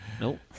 Nope